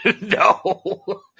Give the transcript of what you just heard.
No